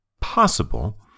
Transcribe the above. possible